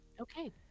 okay